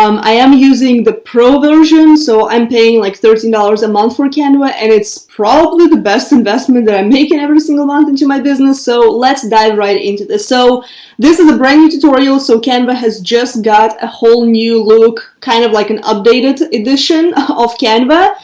um i am using the pro version so i'm paying like thirteen dollars a month for canva and it's probably the best investment that i'm making every single month into my business. so let's dive right into this. so this is a brand new tutorial. so canva has just got a whole new look kind of like an updated edition of canva.